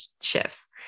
shifts